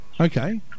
Okay